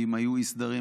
אם היו אי-סדרים,